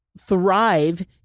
thrive